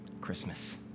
Christmas